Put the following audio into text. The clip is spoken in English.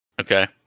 Okay